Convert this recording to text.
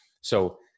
So-